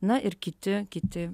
na ir kiti kiti